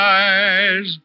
eyes